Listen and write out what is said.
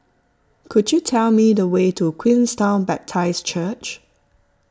could you tell me the way to Queenstown Baptist Church